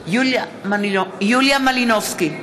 יוליה מלינובסקי,